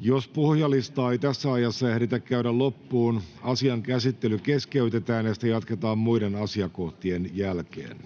Jos puhujalistaa ei tässä ajassa ehditä käydä loppuun, asian käsittely keskeytetään ja sitä jatketaan muiden asiakohtien jälkeen.